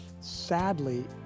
Sadly